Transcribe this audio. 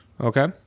Okay